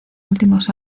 últimos